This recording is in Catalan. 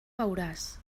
veuràs